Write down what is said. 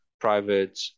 private